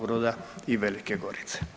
Broda i Velike Gorice.